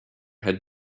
had